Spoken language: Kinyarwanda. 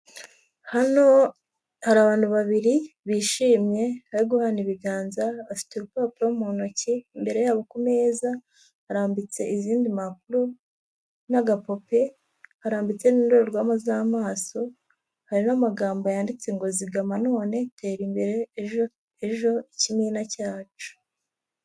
Hano hari abantu babiri bishimye bari guhana ibiganza, bafite urupapuro mu ntoki, imbere yabo ku meza arambitse izindi mpapuro n'agapupe, harambitse n'indorerwamo z'amaso, hari n'amagambo yanditse ngo zigama none tera imbere ejo, ejo ikimina cyacu.